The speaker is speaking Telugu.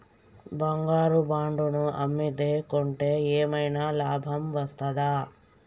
బంగారు బాండు ను అమ్మితే కొంటే ఏమైనా లాభం వస్తదా?